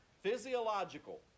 Physiological